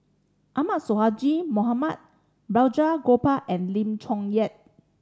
Ahmad Sonhadji Mohamad Balraj Gopal and Lim Chong Yah